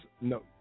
no